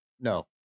No